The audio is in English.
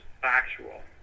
factual